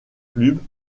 clube